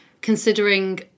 considering